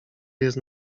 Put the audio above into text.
jest